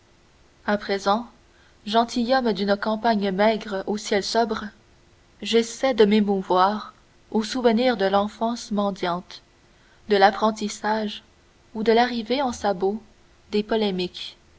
a présent gentilhomme d'une campagne maigre au ciel sobre j'essaie de m'émouvoir au souvenir de l'enfance mendiante de l'apprentissage ou de l'arrivée en sabots des polémiques